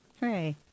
Hey